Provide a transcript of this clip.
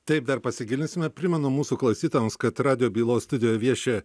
taip dar pasigilinsime primenu mūsų klausytojams kad radijo bylos studijoje vieši